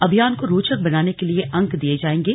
अभियान को रोचक बनाने के लिए अंक दिये जाएगे